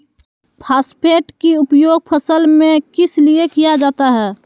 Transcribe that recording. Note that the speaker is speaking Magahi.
फॉस्फेट की उपयोग फसल में किस लिए किया जाता है?